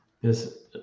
Yes